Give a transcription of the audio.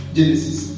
Genesis